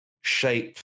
shape